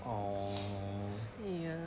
oh